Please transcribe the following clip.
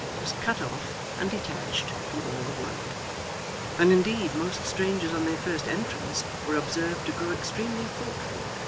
was cut off and detached from all the world and indeed most strangers on their first entrance were observed to grow extremely thoughtful,